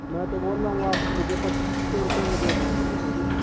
मैं तो बोल रहा हूँ आप मुझे पच्चीस सौ रुपये में दे दीजिए तो दे